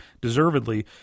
deservedly